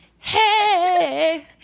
hey